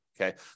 Okay